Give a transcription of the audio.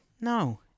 No